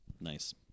Nice